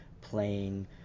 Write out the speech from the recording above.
playing